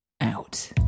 out